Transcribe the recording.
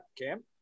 Cam